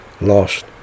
lost